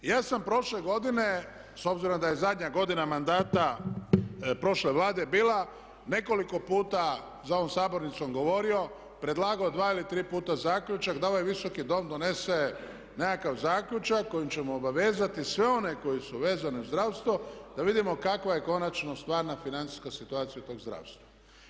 Ja sam prošle godine s obzirom da je zadnja godina mandata prošle Vlade bila nekoliko puta za ovom sabornicom govorio, predlagao dva ili tri puta zaključak da ovaj Visoki dom donese nekakav zaključak kojim ćemo obavezati sve one koji su vezani uz zdravstvo da vidimo kakva je konačno stvarna financijska situacija tog zdravstva.